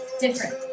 different